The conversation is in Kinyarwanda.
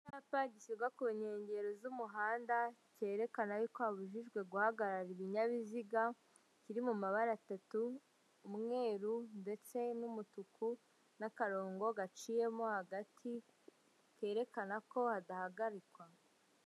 Icyapa gishyirwa ku nkengero z'umuhanda, cyerekana ko habujijwe guhagarara ibinyabiziga, kiri mu mabara atatu, umweru ndetse n'umutuku n'akarongo gaciyemo hagati, kerekana ko hadahagarikwa.